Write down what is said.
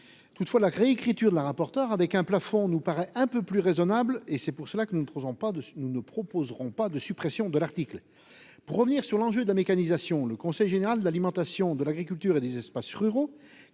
Toutefois la écriture de la rapporteure avec un plafond nous paraît un peu plus raisonnable et c'est pour cela que nous nous trouvons pas de nous ne proposerons pas de suppression de l'article. Pour revenir sur l'enjeu de la mécanisation, le Conseil général de l'alimentation de l'agriculture et des espaces ruraux